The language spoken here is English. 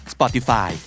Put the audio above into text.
Spotify